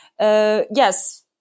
Yes